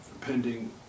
pending